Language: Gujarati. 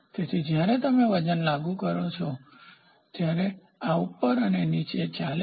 તેથી જ્યારે તમે વજન લાગુ કરો છો ત્યારે તમે વજન લાગુ કરો છો આ ઉપર અને નીચે ચાલે છે